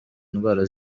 indwara